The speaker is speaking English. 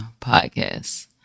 podcast